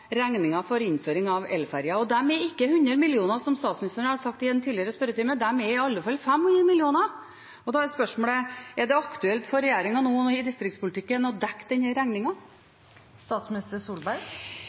for innføring av elferjer. Og det er ikke 100 mill. kr som statsministeren har sagt i en tidligere spørretime, det er i alle fall 500 mill. kr. Da er spørsmålet: Er det aktuelt for regjeringen – i distriktspolitikken – å dekke